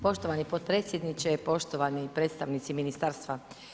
Poštovani potpredsjedniče, poštovani predstavnici ministarstva.